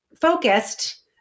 focused